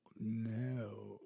No